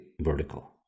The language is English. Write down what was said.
vertical